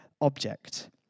object